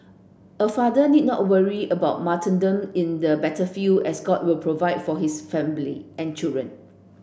a father need not worry about martyrdom in the battlefield as God will provide for his family and children